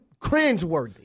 cringeworthy